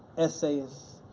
essayist,